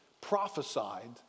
prophesied